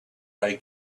they